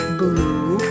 blue